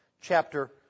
chapter